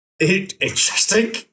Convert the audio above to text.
interesting